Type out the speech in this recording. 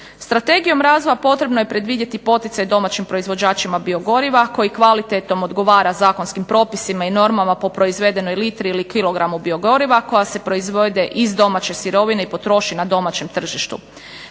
Strategijom razvoja potrebno je predvidjeti poticaj domaćim proizvođačima biogoriva koji kvalitetom odgovara zakonskim propisima i normama po proizvedenoj litri ili kilogramu biogoriva koja se proizvede iz domaće sirovine i potroši na domaćem tržištu.